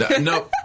no